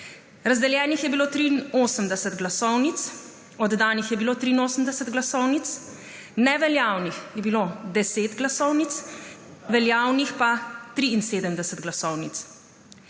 Razdeljenih je bilo 83 glasovnic, oddanih je bilo 83 glasovnic. Neveljavnih je bilo 10 glasovnic, veljavnih pa 73 glasovnic.